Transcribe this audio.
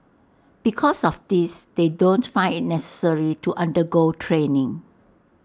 because of this they don't find IT necessary to undergo training